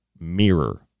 mirror